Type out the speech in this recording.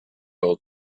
old